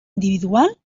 individual